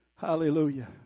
Hallelujah